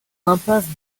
impasse